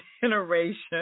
generation